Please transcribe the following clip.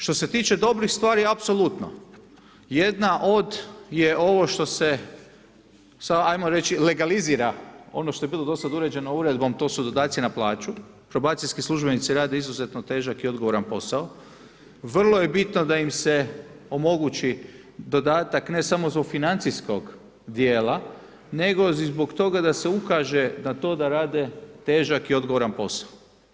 Što se tiče dobrih stvari, apsolutno jedna od je ovo što se ajmo reći legalizira ono što je bilo dosada uređeno uredbom to su dodaci na plaću probacijski službenici rade izuzetno težak i odgovoran posao, vrlo je bitno da im se omogući dodatak ne samo zbog financijskog dijela, nego i zbog toga da se ukaže na to da rade težak i odgovoran posao.